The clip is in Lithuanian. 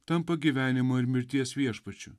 tampa gyvenimo ir mirties viešpačiu